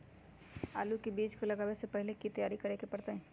आलू के बीज के लगाबे से पहिले की की तैयारी करे के परतई?